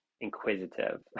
inquisitive